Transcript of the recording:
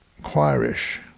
choirish